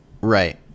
Right